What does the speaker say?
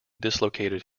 dislocated